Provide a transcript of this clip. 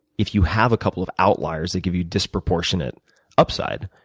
if you have a couple of outliers that give you disproportionate upside,